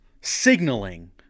signaling